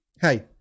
Hey